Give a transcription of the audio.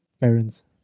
parents